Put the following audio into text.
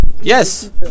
yes